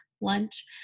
lunch